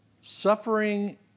Suffering